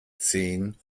zehn